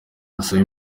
asaba